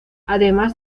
además